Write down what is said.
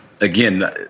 again